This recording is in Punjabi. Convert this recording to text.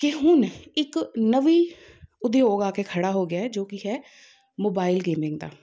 ਕਿ ਹੁਣ ਇੱਕ ਨਵੀਂ ਉਦਯੋਗ ਆ ਕੇ ਖੜ੍ਹਾ ਹੋ ਗਿਆ ਹੈ ਜੋ ਕਿ ਹੈ ਮੋਬਾਇਲ ਗੇਮਿੰਗ ਦਾ